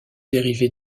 dérivé